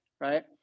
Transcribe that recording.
right